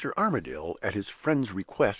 mr. armadale, at his friend's request,